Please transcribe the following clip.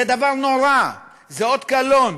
זה דבר נורא, זה אות קלון